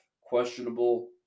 questionable